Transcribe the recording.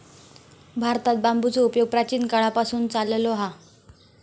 भारतात बांबूचो उपयोग प्राचीन काळापासून चाललो हा